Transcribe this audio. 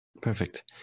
Perfect